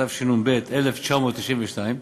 התשנ"ב 1992,